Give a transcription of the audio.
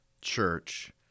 church